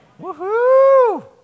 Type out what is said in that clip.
Woohoo